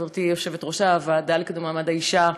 חברתי יושבת-ראש הוועדה לקידום מעמד האישה,